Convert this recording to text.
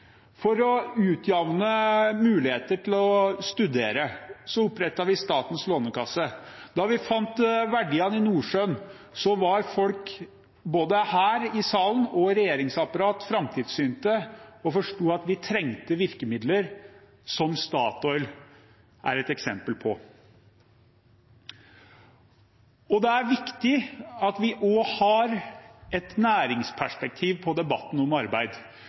For å utjevne muligheten til å studere opprettet vi Statens lånekasse for utdanning. Da vi fant verdiene i Nordsjøen, var folk – både her i salen og i regjeringsapparatet – framsynte og forsto at vi trengte virkemidler, som Statoil er et eksempel på. Det er viktig at vi også har et næringsperspektiv på debatten om arbeid,